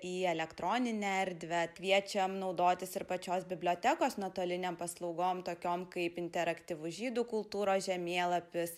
į elektroninę erdvę kviečiam naudotis ir pačios bibliotekos nuotolinėm paslaugom tokiom kaip interaktyvus žydų kultūros žemėlapis